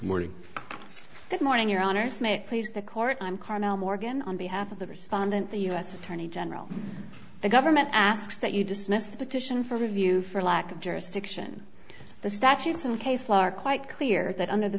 morning good morning your honour's may it please the court i'm carmel morgan on behalf of the respondent the u s attorney general the government asks that you dismiss the petition for review for lack of jurisdiction the statutes and case law are quite clear that under the